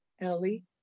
Ellie